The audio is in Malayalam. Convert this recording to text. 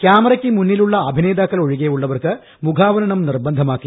ക്യാമറയ്ക്ക് മുന്നിലുള്ള അഭിനേതാക്കൾ ഒഴികെയുള്ളവർക്ക് മുഖാവരണം നിർബന്ധമാക്കി